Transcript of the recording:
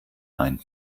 ein